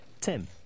Tim